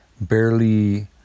barely